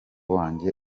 wanjye